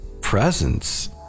presence